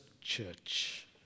church